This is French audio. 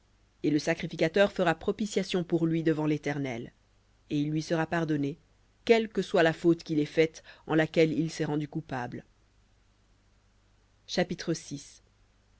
et le sacrificateur fera propitiation pour lui devant l'éternel et il lui sera pardonné quelle que soit la faute qu'il ait faite en laquelle il s'est rendu coupable